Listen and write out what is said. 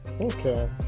okay